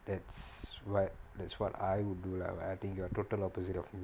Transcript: that's what that's what I would do lah but I think you are total opposite of me